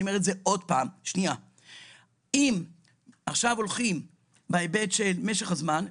ואני אומר את זה עוד פעם: אם עכשיו הולכים בהיבט של משך הזמן,